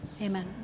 Amen